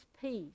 peace